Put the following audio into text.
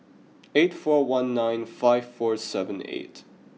eight four one nine five four seven eight